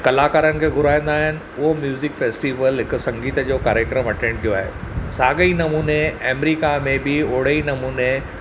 कलाकारनि खे घुराईंदा आहिनि उहो म्यूज़िक फेस्टीवल हिक संगीत जो कार्यक्रम अटेंड कयो आहे साॻिए ई नमूने अमेरिका में बि ओढ़े ई नमूने